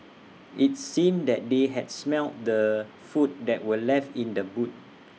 IT seemed that they had smelt the food that were left in the boot